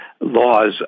laws